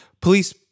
police